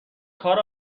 کار